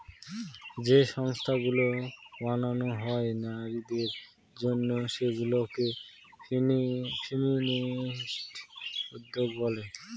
যে সংস্থাগুলো বানানো হয় নারীদের জন্য সেগুলা কে ফেমিনিস্ট উদ্যোক্তা বলে